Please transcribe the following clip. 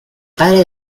padre